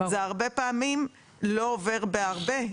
הרבה פעמים זה לא עובר בהרבה,